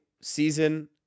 season